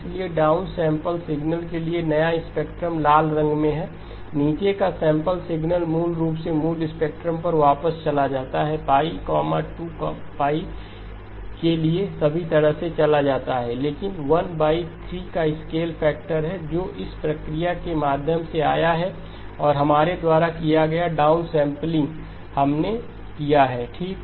इसलिए down sample signal के लिए नया स्पेक्ट्रम लाल रंग में है नीचे का सैंपल सिग्नल मूल रूप से मूल स्पेक्ट्रम पर वापस चला जाता है π 2 के लिए सभी तरह से चला जाता है लेकिन 13 का स्केल फैक्टर है जो इस प्रक्रिया के माध्यम से आया है हमारे द्वारा किया गया डाउनसैंपलिंग हमने किया है ठीक